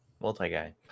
multi-guy